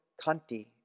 kanti